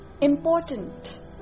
Important